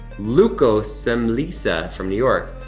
luco simisa from new york,